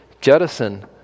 jettison